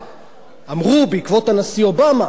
אמרו, בעקבות הנשיא אובמה, בכל זאת,